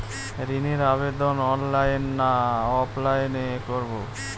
ঋণের আবেদন অনলাইন না অফলাইনে করব?